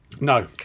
No